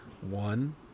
One